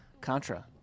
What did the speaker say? Contra